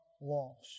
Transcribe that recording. lost